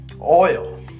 Oil